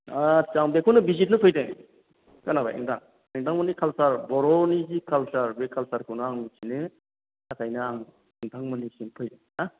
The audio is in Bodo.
आथ्सा आं बेखौनो बिजिरनो फैदों खोनाबाय नोंथां नोंथांमोननि कालसार बर'नि जि कालसार बे कालसारखौनो आं मिथिनो थाखायनो आं नोंथांमोननिसिम फैदों ना